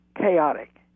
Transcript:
chaotic